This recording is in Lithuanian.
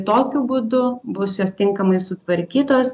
tokiu būdu bus jos tinkamai sutvarkytos